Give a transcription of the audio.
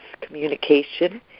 communication